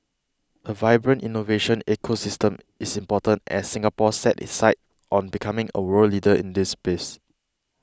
a vibrant innovation ecosystem is important as Singapore sets its sights on becoming a world leader in this space